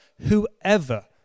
whoever